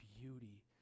beauty